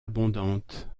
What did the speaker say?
abondantes